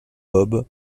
bob